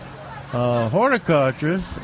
horticulturist